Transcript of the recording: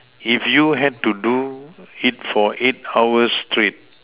if you had to do it for eight hour straight